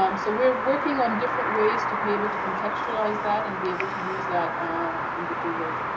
um so we're working on different ways to be able to contextualize that and be able to use that in different ways.